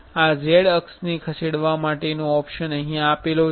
આ Z અક્ષ ને ખસેડવા માટે છે